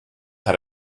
had